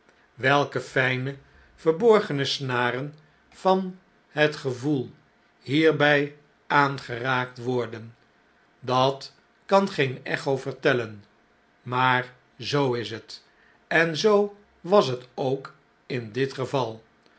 welke fijne verborgene snaren van het gevoel hierbjj aangeraakt worden dat kan geen echo vertellen maar zoo is het en zoo was het ook in dit geval